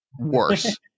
worse